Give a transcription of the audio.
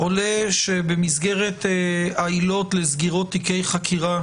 עולה שבמסגרת העילות לסגירות תיקי חקירה